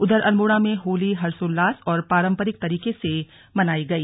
उधर अल्मोड़ा में होली हर्षोल्लास और पारम्परिक तरीके से मनाई गई